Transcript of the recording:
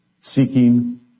seeking